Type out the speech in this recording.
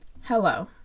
Hello